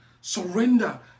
Surrender